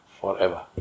forever